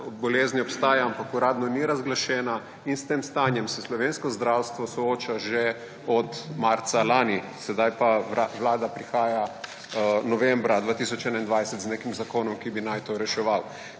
bolezen obstaja, ampak uradno ni razglašena in s tem stanjem se slovensko zdravstvo sooča že od marca lani sedaj pa Vlada prihaja novembra 2021 z nekim zakonom, ki bi naj to reševal.